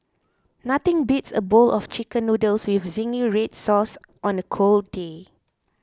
nothing beats a bowl of Chicken Noodles with Zingy Red Sauce on a cold day